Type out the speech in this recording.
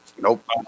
Nope